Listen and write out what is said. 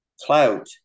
clout